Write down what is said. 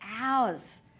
hours